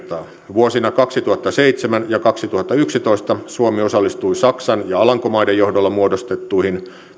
vuosina kaksituhattaseitsemän ja kaksituhattayksitoista suomi osallistui saksan ja alankomaiden johdolla muodostettuihin